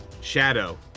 Shadow